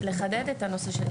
לחדד את הנושא.